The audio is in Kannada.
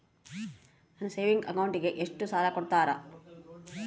ನನ್ನ ಸೇವಿಂಗ್ ಅಕೌಂಟಿಗೆ ಎಷ್ಟು ಸಾಲ ಕೊಡ್ತಾರ?